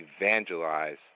evangelize